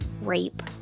rape